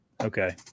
Okay